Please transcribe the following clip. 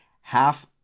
half